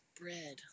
bread